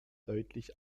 deutlich